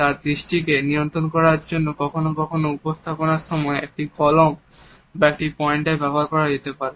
তার দৃষ্টিকে নিয়ন্ত্রণ করার কখনও কখনও উপস্থাপনার সময় একটি কলম বা একটি পয়েন্টার ব্যবহার করা যেতে পারে